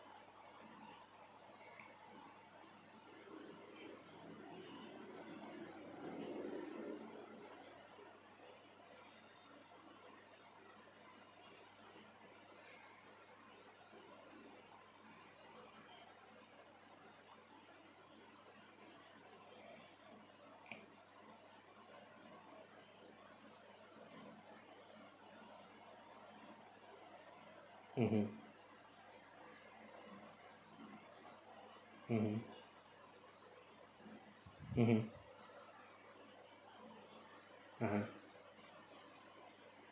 mmhmm mmhmm mmhmm (uh huh)